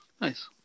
nice